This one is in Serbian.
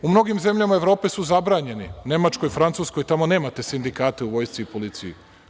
U mnogim zemljama Evrope su zabranjeni, u Nemačkoj, Francuskoj nemate sindikate u vojsci i policiji.